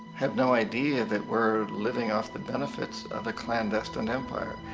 have no idea that we're living off the benefits of the clandestine empire.